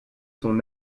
son